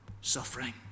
suffering